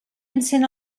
encén